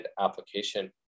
application